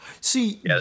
See